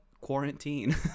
quarantine